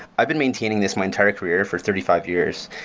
i've been maintaining this my entire career for thirty five years,